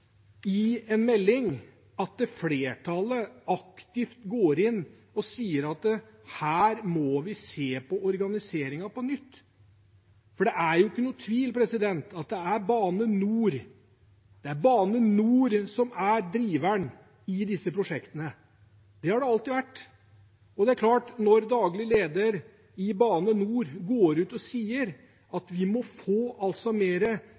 må se på organiseringen på nytt. Det er ingen tvil om at det er Bane NOR som er driveren i disse prosjektene; det har det alltid vært. Og daglig leder i Bane NOR går ut og sier at de må få mer